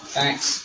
Thanks